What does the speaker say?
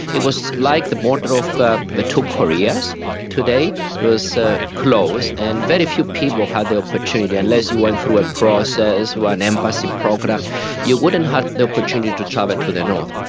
it was like the border of the the two koreas today it was ah closed and very few people had the opportunity, unless you went through a process or an embassy program you wouldn't have the opportunity to travel to the north.